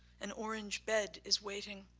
an orange bed is waiting.